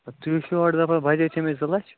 اَدٕ تُہۍ ہے چھُو ہورٕ دپان بَجَٹ چھِ مےٚ زٕ لَچھ